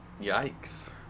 yikes